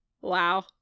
Wow